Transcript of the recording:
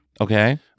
okay